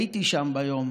הייתי שם ביום